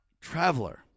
traveler